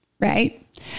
right